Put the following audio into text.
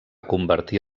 convertir